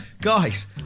Guys